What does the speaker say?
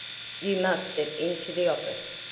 you must step into the office,